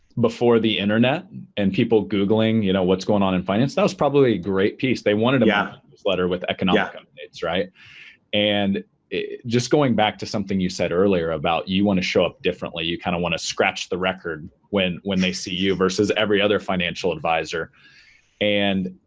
before the internet and people googling you know what's going on in finance, that's probably a great piece. they wanted a yeah newsletter with economic updates. and just going back to something you said earlier about you want to show up differently, you kind of want to scratch the record when when they see you versus every other financial advisor and